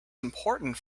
important